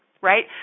right